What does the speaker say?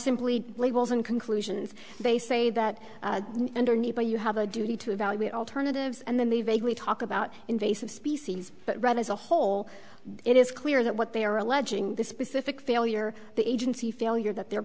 simply labels and conclusions they say that underneath you have a duty to evaluate alternatives and then they vaguely talk about invasive species but rather as a whole it is clear that what they are alleging the specific failure the agency failure that they're